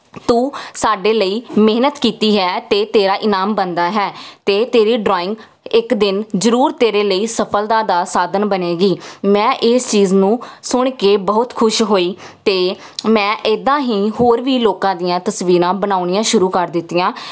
ਤੂੰ ਸਾਡੇ ਲਈ ਮਿਹਨਤ ਕੀਤੀ ਹੈ ਅਤੇ ਤੇਰਾ ਇਨਾਮ ਬਣਦਾ ਹੈ ਅਤੇ ਤੇਰੀ ਡਰਾਇੰਗ ਇੱਕ ਦਿਨ ਜ਼ਰੂਰ ਤੇਰੇ ਲਈ ਸਫਲਤਾ ਦਾ ਸਾਧਨ ਬਣੇਗੀ ਮੈਂ ਇਸ ਚੀਜ਼ ਨੂੰ ਸੁਣ ਕੇ ਬਹੁਤ ਖੁਸ਼ ਹੋਈ ਅਤੇ ਮੈਂ ਇੱਦਾਂ ਹੀ ਹੋਰ ਵੀ ਲੋਕਾਂ ਦੀਆਂ ਤਸਵੀਰਾਂ ਬਣਾਉਣੀਆ ਸ਼ੁਰੂ ਕਰ ਦਿੱਤੀਆਂ